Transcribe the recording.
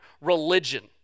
religion